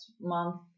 month